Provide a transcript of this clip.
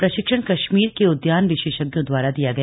प्रशिक्षण कश्मीर के उदयान विशेषज्ञों दवारा दिया गया